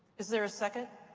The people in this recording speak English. is there a second?